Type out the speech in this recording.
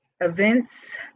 events